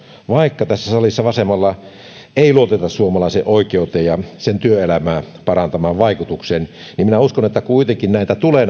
vaikka tässä salissa vasemmalla laidalla ei luoteta suomalaiseen oikeuteen ja sen työelämää parantavaan vaikutukseen että kuitenkin näitä oikeudenkäyntejä tulee